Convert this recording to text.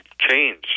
change